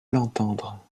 l’entendre